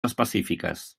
específiques